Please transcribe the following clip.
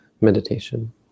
meditation